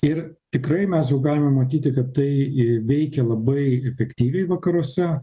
ir tikrai mes jau galime matyti kad tai i veikia labai efektyviai vakaruose